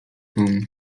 tom